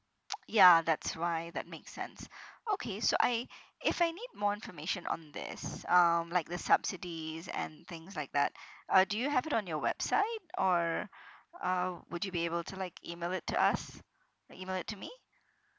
ya that's why that makes sense okay so I if I need more information on this um like the subsidies and things like that uh do you have it on your website or uh would you be able to like email it to us like email it to me